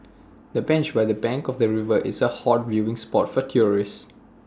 the bench by the bank of the river is A hot viewing spot for tourists